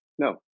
No